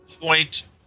point